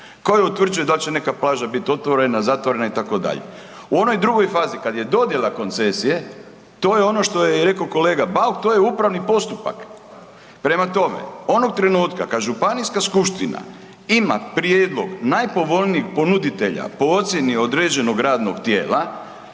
koja utvrđuje da li će neka plaža bit otvorena, zatvorena itd. U onoj drugoj fazi kad je dodjela koncesije, to je ono što je rekao i kolega Bauk, to je upravni postupak. Prema tome, onog trenutka kad županijska skupština ima prijedlog najpovoljnijeg ponuditelja po ocjeni određenog radnog tijela,